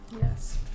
Yes